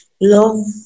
love